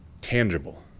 Tangible